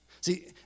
See